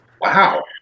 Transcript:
wow